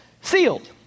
sealed